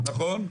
נכון, נכון.